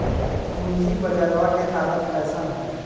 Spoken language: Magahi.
पूंजी बजरवा के हालत कैसन है?